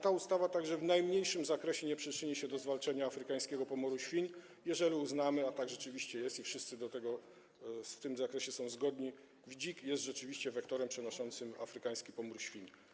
Ta ustawa w najmniejszym zakresie nie przyczyni się również do zwalczenia afrykańskiego pomoru świń, jeżeli uznamy - a tak rzeczywiście jest i wszyscy w tym zakresie są zgodni - że dzik jest rzeczywiście wektorem przenoszącym afrykański pomór świń.